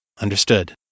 Understood